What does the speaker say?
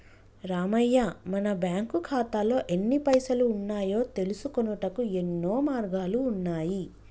రామయ్య మన బ్యాంకు ఖాతాల్లో ఎన్ని పైసలు ఉన్నాయో తెలుసుకొనుటకు యెన్నో మార్గాలు ఉన్నాయి